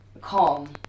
calm